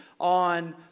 on